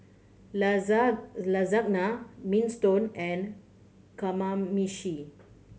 Lasagna Minestrone and Kamameshi